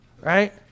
right